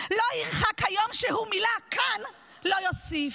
לא ירחק היום שהוא מילה כאן לא יוסיף.